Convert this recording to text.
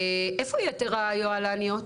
איפה יתר היוהל"ניות?